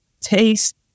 taste